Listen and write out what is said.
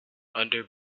under